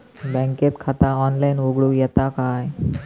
बँकेत खाता ऑनलाइन उघडूक येता काय?